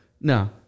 No